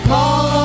Call